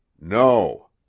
No